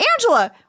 Angela